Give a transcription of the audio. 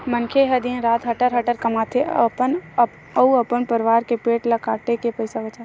मनखे ह दिन रात हटर हटर कमाथे, अपन अउ अपन परवार के पेट ल काटके पइसा बचाथे